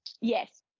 Yes